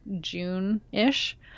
June-ish